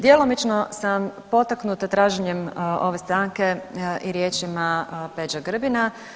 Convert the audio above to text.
Djelomično sam potaknuta traženjem ove stanke i riječima Peđe Grbina.